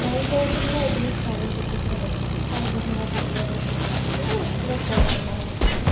মই সৌ সিদিনা এজনী ছোৱালীক দেখিছিলোঁ তাই বিহু নাচিবলৈ গৈছিলে এনেই স্কুলত প্ৰগেম এটা হৈছিলে